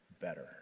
better